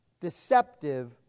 deceptive